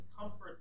comforts